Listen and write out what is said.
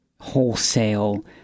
wholesale